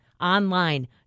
online